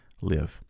live